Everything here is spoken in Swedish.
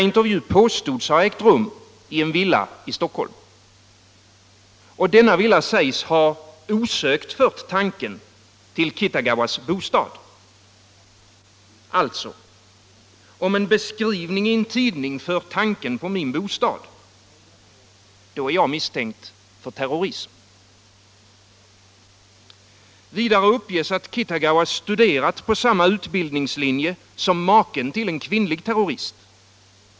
Intervjun påstods ha ägt rum i en villa i Stockholm, och denna villa sägs ha osökt fört tanken till Kitagawas bostad. Alltså: Om en beskrivning i en tidning för tanken på min bostad — då är jag misstänkt för terrorism. Vidare uppges att Kitagawa studerat på samma utbildningslinje som maken till en kvinnlig terrorist.